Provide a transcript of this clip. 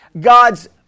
God's